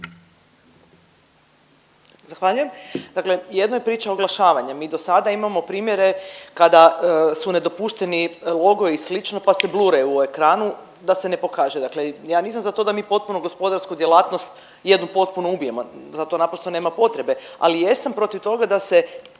Zahvaljujem. Dakle, jedno je priča oglašavanja. Mi do sada imamo primjere kada su nedopušteni logo i slično pa se …/Govornica se ne razumije./… u ekranu da se ne pokaže. Dakle, ja nisam za to da mi potpunu gospodarsku djelatnost jednu potpuno ubijemo, za to naprosto nema potrebe. Ali jesam protiv toga da se